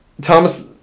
Thomas